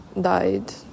died